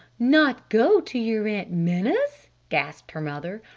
not go to your aunt minna's? gasped her mother.